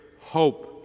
hope